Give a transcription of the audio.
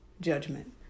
judgment